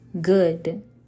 good